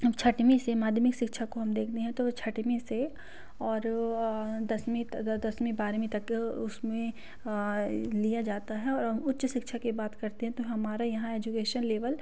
छठवीं से माधमिक शिक्षा को हम देखते हैं तो छठवीं से और दसवीं त दसवीं बारहवीं तक उसमें लिया जाता है और उच्च शिक्षा की बात करते हैं तो हमारा यहाँ एजुकेशन लेवल